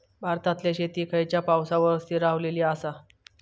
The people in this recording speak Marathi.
भारतातले शेती खयच्या पावसावर स्थिरावलेली आसा?